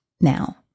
now